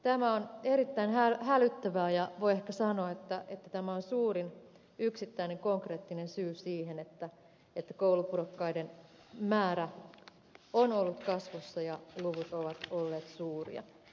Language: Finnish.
tämä on erittäin hälyttävää ja voi ehkä sanoa että tämä on suurin yksittäinen konkreettinen syy siihen että koulupudokkaiden määrä on ollut kasvussa ja luvut ovat olleet suuria